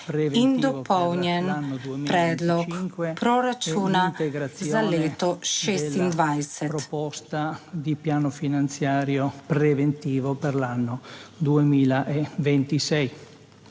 in dopolnjen predlog proračuna za leto 2026.